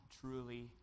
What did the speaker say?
truly